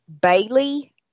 Bailey